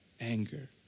Anger